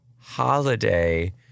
holiday